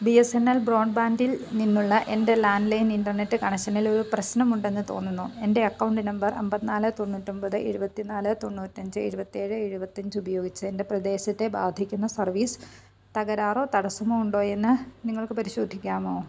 B S N L ബ്രോഡ്ബാൻഡിൽ നിന്നുള്ള എൻ്റെ ലാൻഡ് ലൈൻ ഇൻറ്റർനെറ്റ് കണക്ഷനിലൊരു പ്രശ്നമുണ്ടെന്നു തോന്നുന്നു എൻ്റെ അക്കൗണ്ട് നമ്പർ അമ്പത്തിനാല് തൊണ്ണൂറ്റിയൊന്പത് എഴുപത്തിന്നാല് തൊണ്ണൂറ്റിയഞ്ച് എഴുപത്തിയേഴ് എഴുപത്തിയഞ്ചുപയോഗിച്ചെൻ്റെ പ്രദേശത്തെ ബാധിക്കുന്ന സർവ്വീസ് തകരാറോ തടസ്സമോ ഉണ്ടോയെന്നു നിങ്ങൾക്കു പരിശോധിക്കാമോ